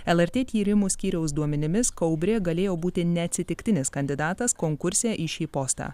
lrt tyrimų skyriaus duomenimis kaubrė galėjo būti neatsitiktinis kandidatas konkurse į šį postą